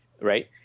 right